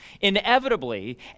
inevitably